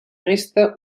resta